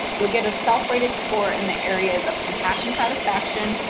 you'll get a self rated score in the areas of compassion satisfaction,